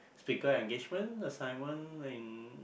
speaker engagement assignment and